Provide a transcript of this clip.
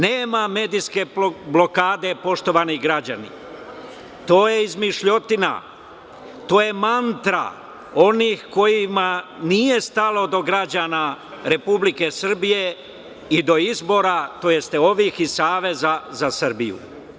Nema medijske blokade poštovani građani, to je izmišljotina, to je mantra onih kojima nije stalo do građana Republike Srbije i do izbora tj. ovih iz Saveza za Srbiju.